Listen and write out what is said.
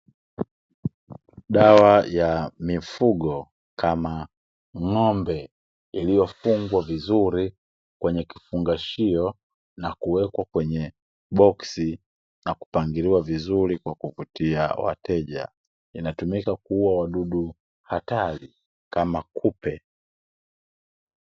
Dawa ya mifugo kama ng'ombe, iliyofungwa vizuri, kwenye kifungashio na kuwekwa kwenye boksi na kupangiliwa vizuri kuvutia wateja, inatumika kuuwa wadudu hatari kama kupe.